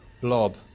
blob